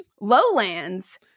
Lowlands